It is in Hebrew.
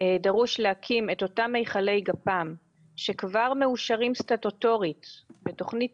דרוש להקים את אותם מכלי גפ"מ שכבר מאושרים סטטוטורית בתוכנית